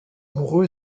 amoureux